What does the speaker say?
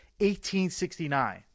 1869